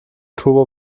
turbo